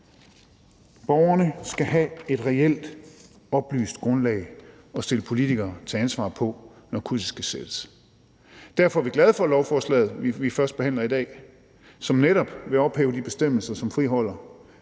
Borgerne skal have et reelt oplyst grundlag at stille politikere til ansvar på, når krydset skal sættes. Derfor er vi glade for lovforslaget, som vi førstebehandler i dag, som netop vil ophæve de bestemmelser, som friholder